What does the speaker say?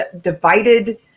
divided